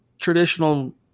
traditional